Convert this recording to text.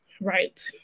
Right